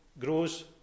grows